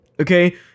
Okay